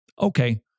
Okay